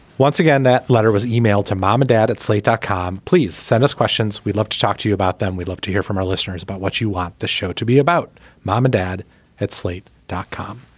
once again that letter was emailed to mom and dad at slate dot com. please send us questions. we'd love to talk to you about them we'd love to hear from our listeners about what you want this show to be about mom and dad at slate dot com.